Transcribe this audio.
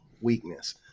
weakness